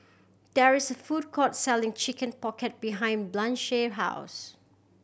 there is a food court selling Chicken Pocket behind Blanchie house